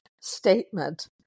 statement